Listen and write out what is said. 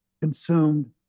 consumed